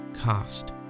cost